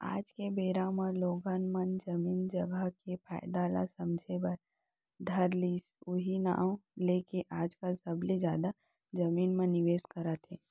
आज के बेरा म लोगन मन जमीन जघा के फायदा ल समझे बर धर लिस उहीं नांव लेके आजकल सबले जादा जमीन म निवेस करत हे